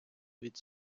від